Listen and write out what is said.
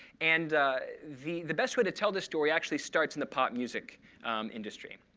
and the the best way to tell the story actually starts in the pop music industry.